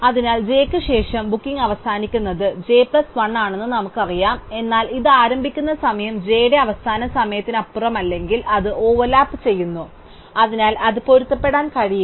അതിനാൽ j ന് ശേഷം ബുക്കിംഗ് അവസാനിക്കുന്നത് j പ്ലസ് 1 ആണെന്ന് നമുക്കറിയാം എന്നാൽ ഇത് ആരംഭിക്കുന്ന സമയം j ന്റെ അവസാന സമയത്തിനപ്പുറമല്ലെങ്കിൽ അത് ഓവർലാപ്പുചെയ്യുന്നു അതിനാൽ അത് പൊരുത്തപ്പെടാൻ കഴിയില്ല